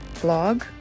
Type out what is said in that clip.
blog